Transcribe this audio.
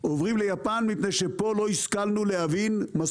עוברים ליפן מפני שלא השכלנו להבין פה